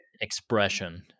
Expression